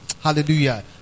Hallelujah